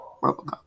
Robocop